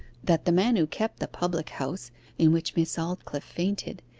that the man who kept the public-house in which miss aldclyffe fainted,